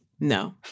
No